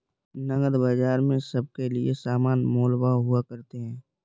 नकद बाजार में सबके लिये समान मोल भाव हुआ करते हैं